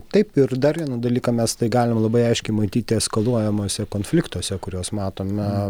taip ir dar vieną dalyką mes tai galime labai aiškiai matyti eskaluojamuose konfliktuose kuriuos matome